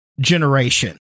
generation